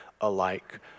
alike